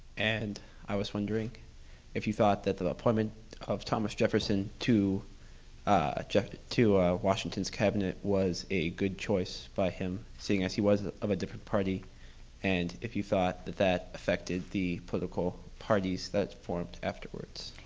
and i was wondering if you thought that the appointment of thomas jefferson to ah to washington's cabinet was a good choice by him seeing as he was of a different party and if you thought that that affected the political parties that formed afterwards.